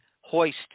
hoist